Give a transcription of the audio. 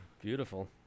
Beautiful